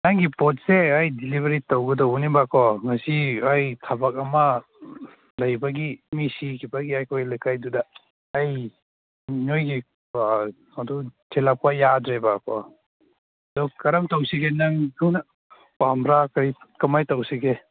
ꯅꯪꯒꯤ ꯄꯣꯠꯁꯦ ꯑꯩ ꯗꯤꯂꯤꯚꯔꯤ ꯇꯧꯒꯗꯧꯕꯅꯦꯀꯣ ꯉꯁꯤ ꯑꯩ ꯊꯕꯛ ꯑꯃ ꯂꯩꯕꯒꯤ ꯃꯤ ꯁꯤꯈꯤꯕꯒꯤ ꯑꯩꯈꯣꯏ ꯂꯩꯀꯥꯏꯗꯨꯗ ꯑꯩ ꯅꯣꯏꯒꯤ ꯑꯗꯨ ꯊꯤꯜꯂꯛꯄ ꯌꯥꯗ꯭ꯔꯦꯕꯀꯣ ꯑꯗꯨ ꯀꯔꯝ ꯇꯧꯁꯤꯒꯦ ꯅꯪ ꯊꯨꯅ ꯄꯥꯝꯕ꯭ꯔ ꯀꯔꯤ ꯀꯃꯥꯏꯅ ꯇꯧꯁꯤꯒꯦ